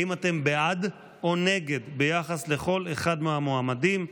אתם בעד או נגד ביחס לכל אחד מהמועמדים.